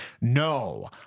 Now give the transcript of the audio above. No